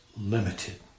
limited